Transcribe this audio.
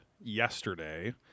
yesterday